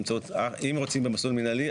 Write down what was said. אם רוצים במסלול מנהלי,